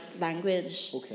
language